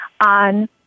on